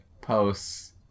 posts